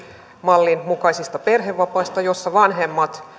mallin mukaisista perhevapaista joissa vanhemmat